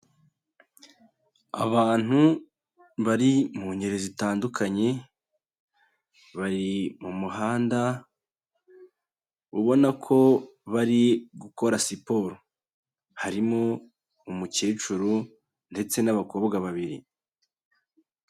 Abantu bari mu ngeri zitandukanye bari mu muhanda ubona ko bari gukora siporo, harimo umukecuru ndetse n'abakobwa babiri.